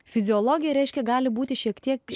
fiziologija reiškia gali būti šiek tiek